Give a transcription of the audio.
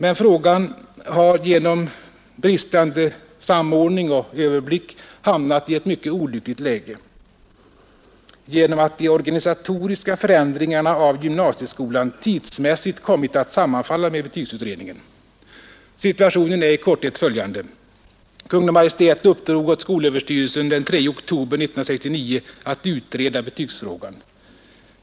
Men frågan har genom bristande samordning och dälig överblick hamnat i ett mycket olyckligt läge genom att de organisatoriska förändringarna av gymnasieskolan tidsmässigt kommit att sammanfalla med betygsutredningen. Situationen är i korthet följande. Kungl. Maj:t uppdrog ät skolöverstyrelsen den 3 oktober 1969 att utreda betygsfrågan.